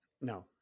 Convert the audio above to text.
No